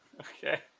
Okay